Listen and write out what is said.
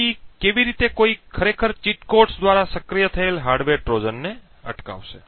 તેથી કેવી રીતે કોઈ ખરેખર ચીટ કોડ્સ દ્વારા સક્રિય થયેલ હાર્ડવેર ટ્રોજનને અટકાવશે